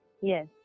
Yes